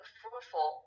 fruitful